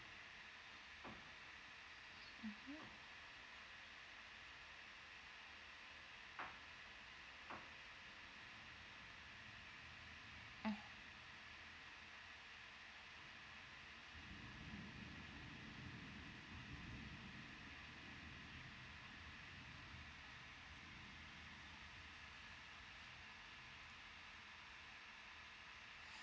mmhmm